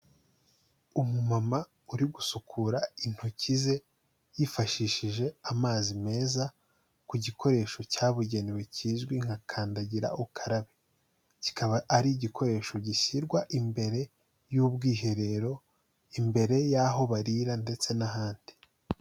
Umumama uri gusukura intoki ze yifashishije amazi meza ku gikoresho cyabugenewe kizwi nka kandagira ukarabe kikaba ari igikoresho gishyirwa imbere y'ubwiherero, imbere y'aho barira ndetse n'ahandi.